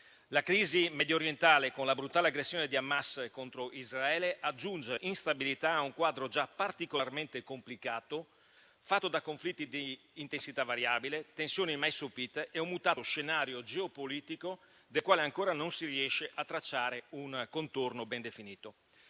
La crisi mediorientale, con la brutale aggressione di Hamas contro Israele, aggiunge instabilità a un quadro già particolarmente complicato, fatto di conflitti di intensità variabile, tensioni mai sopite e un mutato scenario geopolitico, del quale ancora non si riesce a tracciare un contorno ben definito.